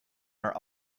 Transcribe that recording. are